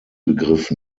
begriff